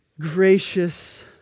Gracious